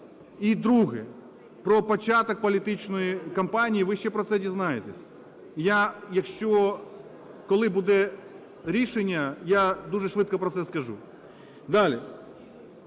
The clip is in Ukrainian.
І друге: про початок політичної кампанії. Ви ще про це дізнаєтесь. І я, якщо… коли буде рішення, я дуже швидко про це скажу. Далі.